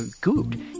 good